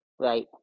Right